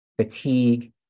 fatigue